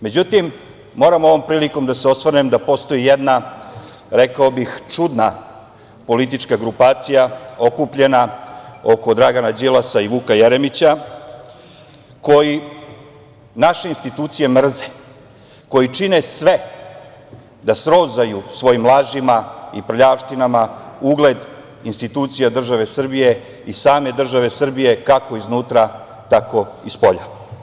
Međutim, moram ovom prilikom da se osvrnem da postoji jedna, rekao bih, čudna politička grupacija okupljena oko Dragana Đilasa i Vuka Jeremića koji naše institucije mrze, koji čine sve da srozaju svojim lažima i prljavštinama ugled institucija države Srbije i same države Srbije, kako iznutra, tako i spolja.